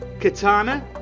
Katana